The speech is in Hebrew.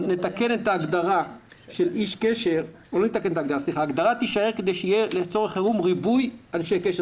ההגדרה "איש קשר" תישאר כדי שיהיה לצורך חירום ריבוי אנשי קשר,